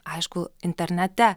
aišku internete